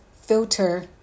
filter